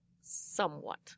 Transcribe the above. somewhat